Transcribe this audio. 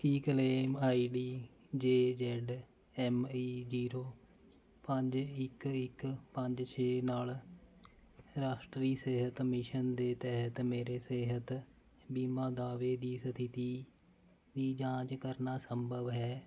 ਕੀ claim ID J Z M E zero ਪੰਜ ਇੱਕ ਇੱਕ ਪੰਜ ਛੇ ਨਾਲ ਰਾਸ਼ਟਰੀ ਸਿਹਤ ਮਿਸ਼ਨ ਦੇ ਤਹਿਤ ਮੇਰੇ ਸਿਹਤ ਬੀਮਾ ਦਾਅਵੇ ਦੀ ਸਥਿਤੀ ਦੀ ਜਾਂਚ ਕਰਨਾ ਸੰਭਵ ਹੈ